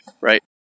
right